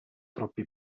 troppi